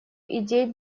идей